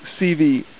CV